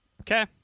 Okay